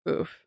Oof